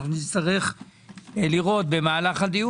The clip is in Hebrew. נצטרך לראות במהלכו,